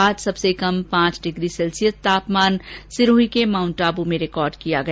आज सबसे कम पांच डिग्री सैल्सियस तापमान सिरोही के माउंटआबू में रिकॉर्ड किया गया